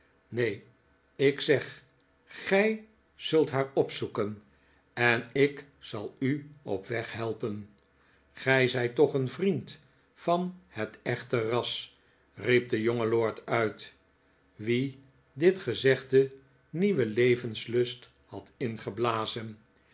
neeh ik zeg g ij zult haar opzoeken en ik zal u op weg helpen gij zijt toch een vriend van het echte ras riep de jonge lord uit wi'en dit gezegde nieuwen levenslust had ingeblazen